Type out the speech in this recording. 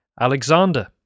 Alexander